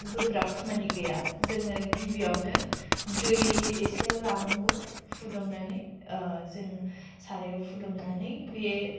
गोब्राब खामानि गैया जोङो गिबियावनो दै एसे लानांगौ फुदुंनानै जों सारायाव फुदुंनानै बे